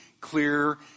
clear